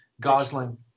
Gosling